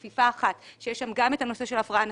לכפיפה אחת שיש שם גם את עניין ההפרעה הנפשית,